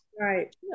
right